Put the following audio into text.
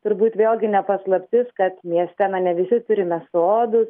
turbūt vėlgi ne paslaptis kad mieste na ne visi turime sodus